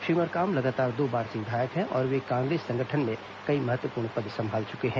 श्री मरकाम लगातार दो बार से विधायक हैं और वे कांग्रेस संगठन में कई महत्वपूर्ण पद संभाल चुके हैं